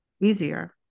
easier